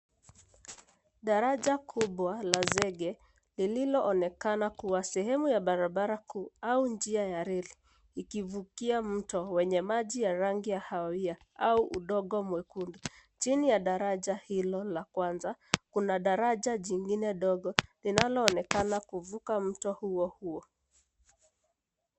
Daraja kubwa la zege lililoonekana kuwa sehemu ya barabara kuu au njia ya reli ikivukia mto wenye maji ya rangi ya kahawia au udongo mwekundu. Chini ya daraja hilo la kwanza kuna daraja jingine dogo linaloonekana kuvuka mto huo huo.